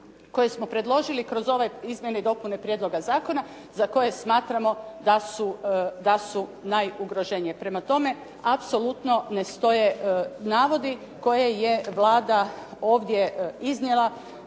koje smo predložili kroz ove izmjene i dopune prijedloga zakona za koje smatramo da su najugroženije. Prema tome, apsolutno ne stoje navodi koje je Vlada ovdje iznijela